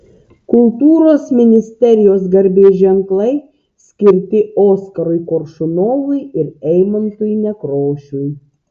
kultūros ministerijos garbės ženklai skirti oskarui koršunovui ir eimuntui nekrošiui